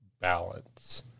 balance